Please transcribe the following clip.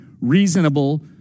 Reasonable